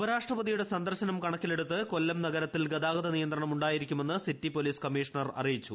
ഉപരാഷ്ട്രപതിയുടെ സന്ദർശനം കണക്കിലെടുത്തു കൊല്ലം നഗരത്തിൽ ഗതാഗത നിയന്ത്രണം ഉണ്ടായിരിക്കുമെന്നു സിറ്റി പൊലീസ് കമ്മിഷണർ അറിയിച്ചു